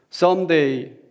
Someday